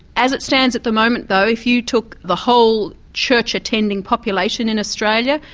as it stands at the moment though, if you took the whole church-attending population in australia,